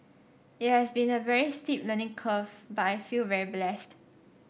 it has been a very steep learning curve but I feel very blessed